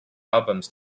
albums